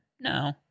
No